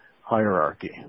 hierarchy